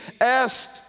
asked